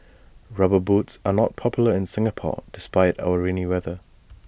rubber boots are not popular in Singapore despite our rainy weather